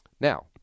Now